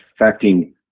affecting